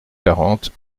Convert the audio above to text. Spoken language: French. quarante